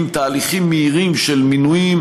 עם תהליכים מהירים של מינויים,